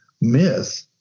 myth